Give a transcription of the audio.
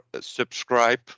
subscribe